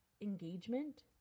engagement